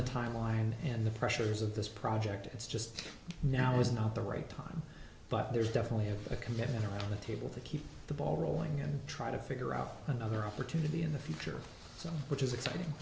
the timeline and the pressures of this project it's just now is not the right time but there's definitely a competitor on the table to keep the ball rolling and try to figure out another opportunity in the future so which is exciting